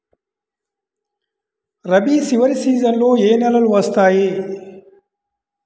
రబీ చివరి సీజన్లో ఏ నెలలు వస్తాయి?